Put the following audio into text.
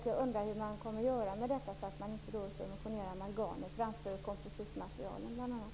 Jag undrar hur man kommer att göra med detta så att man inte subventionerar amalgamet framför bl.a. kompositmaterialen.